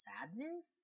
sadness